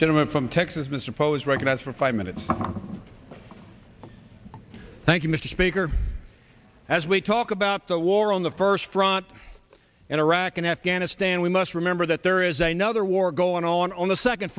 gentleman from texas mr poe is recognized for five minutes thank you mr speaker as we talk about the war on the first front in iraq and afghanistan we must remember that there is another war going on on the second